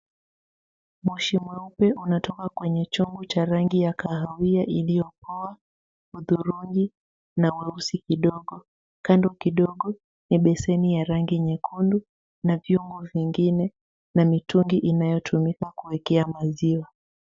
Moshi mweupe unatoka kwenye chungu cha rangi ya kahawia iliyokoa, hudhurungi na mweusi kidogo. Kando kidogo ni beseni ya rangi nyekundu na vyungu vingine na mitungi inayotumika kuekea maziwa.